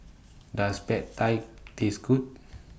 Does Pad Thai Taste Good